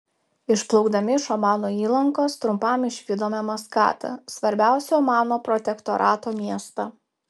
išplaukdami iš omano įlankos trumpam išvydome maskatą svarbiausią omano protektorato miestą